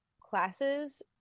classes